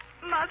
Mother